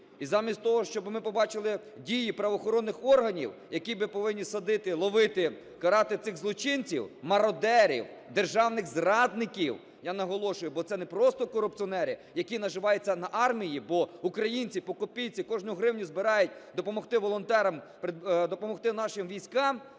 І замість того, щоби ми побачили дії правоохоронних органів, які би повинні садити, ловити, карати цих злочинців, мародерів, державних зрадників, я наголошую, бо це не просто корупціонери, які наживаються на армії, бо українці по копійці кожну гривню збирають допомогти волонтерам, допомогти нашим військам,